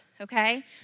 okay